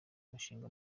mushinga